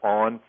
on